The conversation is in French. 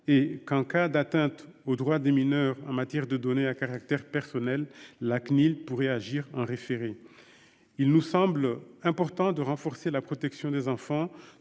et que, en cas d'atteinte aux droits des mineurs en matière de données à caractère personnel, la Cnil pourrait agir en référé. Il nous semble important de renforcer la protection des enfants